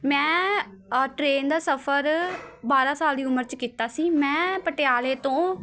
ਮੈਂ ਟਰੇਨ ਦਾ ਸਫ਼ਰ ਬਾਰਾਂ ਸਾਲ ਦੀ ਉਮਰ 'ਚ ਕੀਤਾ ਸੀ ਮੈਂ ਪਟਿਆਲੇ ਤੋਂ